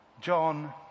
John